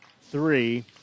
three